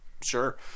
sure